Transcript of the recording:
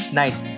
nice